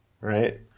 Right